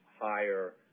higher